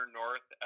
north